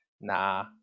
Nah